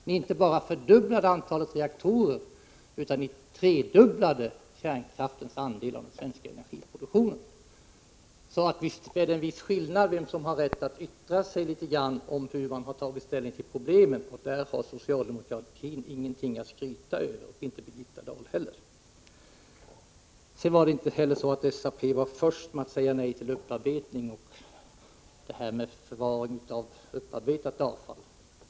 Ni inte bara fördubblade antalet reaktorer utan ni tredubblade kärnkraftens andel av den svenska energiproduktionen. Så nog är det en viss skillnad när det gäller vem som har rätt att yttra sig litet grand om hur man har tagit ställning till problemen. I denna fråga har socialdemokraterna ingenting att skryta över, inte heller Birgitta Dahl. Det var inte heller så att SAP var först med att säga nej till upparbetning och förvaring av upparbetat avfall.